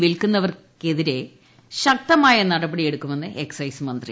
വിൽക്കുന്നവർക്കെതിരെ ശക്തമായ നടപടിയെടുക്കു്മെന്ന് എക്സൈസ് മന്ത്രി